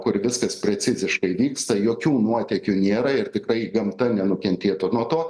kur viskas preciziškai vyksta jokių nuotekių nėra ir tiktai gamta nenukentėtų nuo to